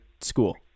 school